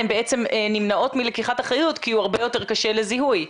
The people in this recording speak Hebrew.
הן בעצם נמנעות מלקיחת אחריות כי הוא הרבה יותר קשה לזיהוי.